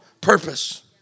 purpose